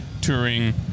touring